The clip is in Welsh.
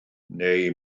neu